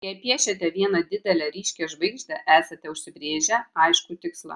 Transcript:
jei piešiate vieną didelę ryškią žvaigždę esate užsibrėžę aiškų tikslą